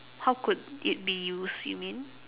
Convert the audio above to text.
how could it be used you mean